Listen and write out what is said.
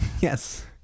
yes